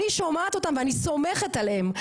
אני שומעת אותם ואני סומכת עליהם,